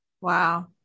Wow